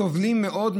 סובלים מאוד,